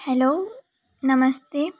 hello Namaste